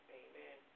amen